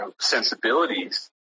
sensibilities